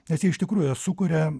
nes jie iš tikrųjų jie sukuria